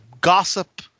gossip